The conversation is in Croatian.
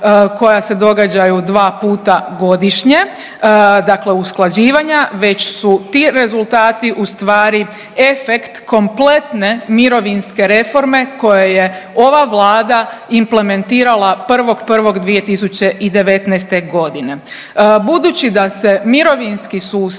koja se događaju dva puta godišnje, dakle usklađivanja već su ti rezultati u stvari efekt kompletne mirovinske reforme koju je ova Vlada implementirala 1.1.2019. godine. Budući da se mirovinski sustav